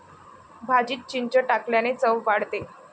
भाजीत चिंच टाकल्याने चव वाढते